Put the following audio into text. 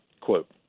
quote